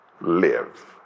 live